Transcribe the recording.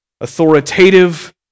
authoritative